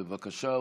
בבקשה.